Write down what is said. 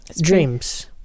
Dreams